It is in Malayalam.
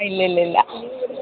ഇല്ലില്ലില്ല